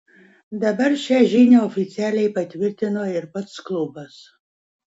dabar šią žinią oficialiai patvirtino ir pats klubas